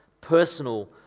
personal